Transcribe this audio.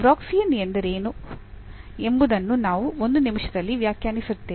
Wronskian ಎಂದರೇನು ಎಂಬುದನ್ನು ನಾವು ಒಂದು ನಿಮಿಷದಲ್ಲಿ ವ್ಯಾಖ್ಯಾನಿಸುತ್ತೇವೆ